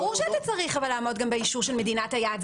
ברור שאתה צריך לעמוד גם באישור של מדינת היעד.